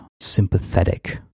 sympathetic